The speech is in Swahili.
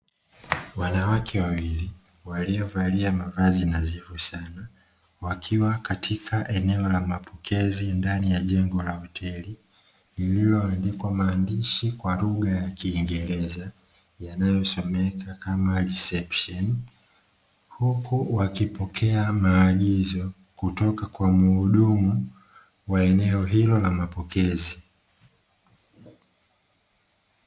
Wanawake mavazi wawili waliovalia mavazi mazuri sana, wakiwa katika eneo la mapokezi ndan ya jengo la Hoteli liliandikwa maandishi kwa lugha ya Kiingereza yanayosomeka kama "Reception"huku wakipokea maagizo kutoka kwa muhudumu wa eneo hilo la mapokezi.